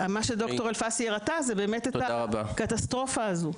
מה שד״ר אלפסי הראתה, זה באמת את הקטסטרופה הזו.